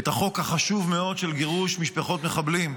את החוק החשוב מאוד של גירוש משפחות מחבלים.